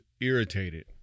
irritated